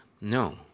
No